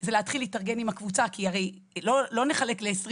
זה להתחיל להתארגן עם הקבוצה כי הרי לא נחלק ל-20